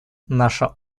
наша